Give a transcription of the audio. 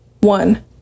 One